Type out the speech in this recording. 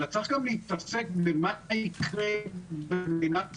אלא צריך גם להתעסק במה יקרה במדינת ישראל,